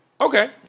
Okay